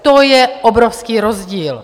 To je obrovský rozdíl.